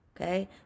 okay